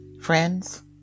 friends